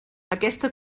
aquesta